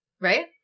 right